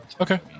Okay